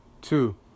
Two